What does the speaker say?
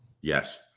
Yes